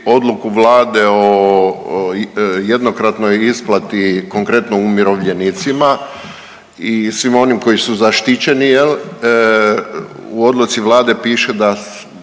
odluku Vlade o jednokratnoj isplati konkretno umirovljenicima i svima onim koji su zaštićeni u odluci Vlade piše da